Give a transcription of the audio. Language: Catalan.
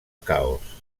caos